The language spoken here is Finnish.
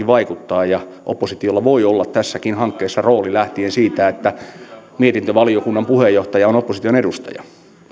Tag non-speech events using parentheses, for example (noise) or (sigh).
(unintelligible) vaikuttaa ja oppositiolla voi olla tässäkin hankkeessa rooli lähtien siitä että mietintövaliokunnan puheenjohtaja on opposition edustaja